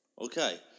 Okay